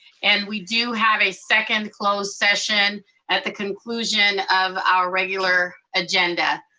and we do have a second closed session at the conclusion of our regular agenda.